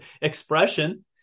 expression